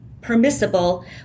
permissible